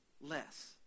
less